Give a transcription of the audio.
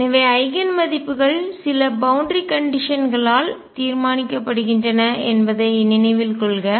எனவே ஐகன் மதிப்புகள் சில பவுண்டரி கண்டிஷன்களால் எல்லை நிபந்தனை தீர்மானிக்கப்படுகின்றன என்பதை நினைவில் கொள்க